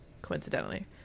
coincidentally